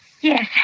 Yes